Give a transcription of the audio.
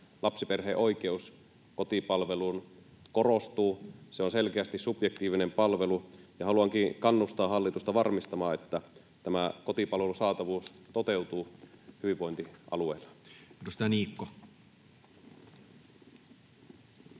lapsiperheen oikeus kotipalveluun korostuu. Se on selkeästi subjektiivinen palvelu, ja haluankin kannustaa hallitusta varmistamaan, että tämän kotipalvelun saatavuus toteutuu hyvinvointialueilla. Edustaja